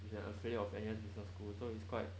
which is an affiliation of N_U_S business school so it's quite